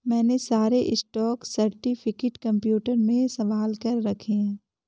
मैंने सारे stock certificate computer में संभाल के रखे हैं